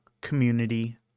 community